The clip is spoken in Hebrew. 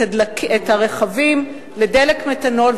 את הרכבים לדלק מתנול,